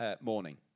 morning